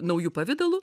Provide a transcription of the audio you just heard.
nauju pavidalu